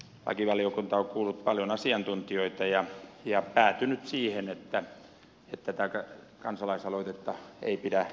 lakivaliokunta on kuullut paljon asiantuntijoita ja päätynyt siihen että tätä kansalaisaloitetta ei pidä nyt hyväksyä